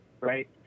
Right